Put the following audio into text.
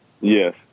Yes